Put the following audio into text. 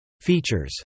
Features